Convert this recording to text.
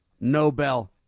Nobel